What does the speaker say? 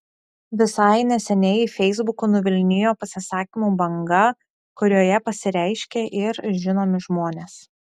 visai neseniai feisbuku nuvilnijo pasisakymų banga kurioje pasireiškė ir žinomi žmonės